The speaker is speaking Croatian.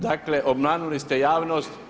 Dakle, obmanuli su javnost.